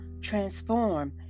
transform